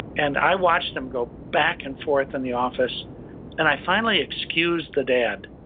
and i watched them go back and forth in the office and i finally excused the dad.